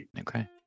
okay